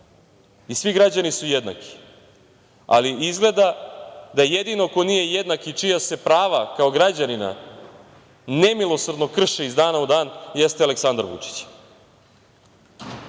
i svi građani su jednaki. Ali, izgleda da jedino ko nije jednak i čija se prava kao građanina nemilosrdno krše iz dana u dan jeste Aleksandar Vučić.